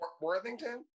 Worthington